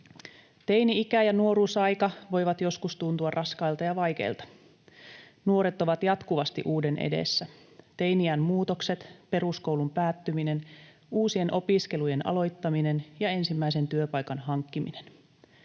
Teini-ikä ja nuoruusaika voivat joskus tuntua raskailta ja vaikeilta. Nuoret ovat jatkuvasti uuden edessä: teini-iän muutokset, peruskoulun päättyminen, uusien opiskeluiden aloittaminen ja ensimmäisen työpaikan hankkiminen.